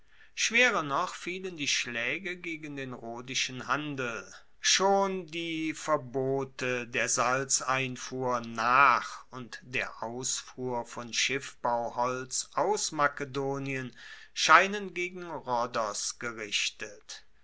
schwerer noch fielen die schlaege gegen den rhodischen handel schon die verbote der salzeinfuhr nach und der ausfuhr von schiffbauholz aus makedonien scheinen gegen rhodos gerichtet